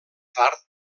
tard